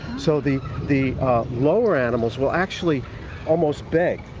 so the the lower animals will actually almost beg.